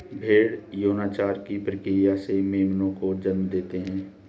भ़ेड़ यौनाचार की प्रक्रिया से मेमनों को जन्म देते हैं